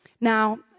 Now